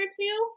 two